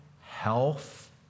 health